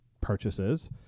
purchases